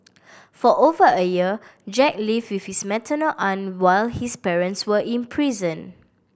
for over a year Jack live with his maternal aunt while his parents were in prison